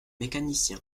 mécanicien